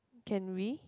can we